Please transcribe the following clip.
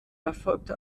erfolgte